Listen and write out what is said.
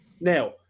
Now